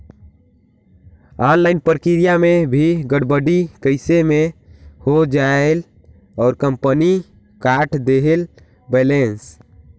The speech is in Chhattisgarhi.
ऑनलाइन प्रक्रिया मे भी गड़बड़ी कइसे मे हो जायेल और कंपनी काट देहेल बैलेंस?